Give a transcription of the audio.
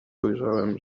ujrzałem